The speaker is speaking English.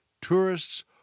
tourists